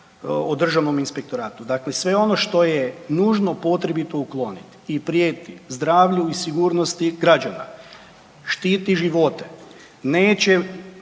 o državnom inspektoratu. Dakle, sve ono što je nužno potrebito ukloniti i prijeti zdravlju i sigurnosti građana, štiti živote, nećemo